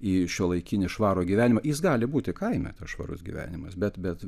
į šiuolaikinį švarų gyvenimą jis gali būti kaime švarus gyvenimas bet bet